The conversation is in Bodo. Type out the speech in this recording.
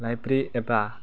लाइब्रेरि एबा